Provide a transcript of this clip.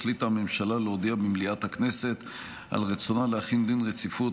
החליטה הממשלה להודיע במליאת הכנסת על רצונה להחיל דין רציפות